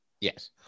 Yes